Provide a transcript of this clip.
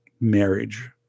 marriage